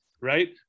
right